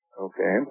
Okay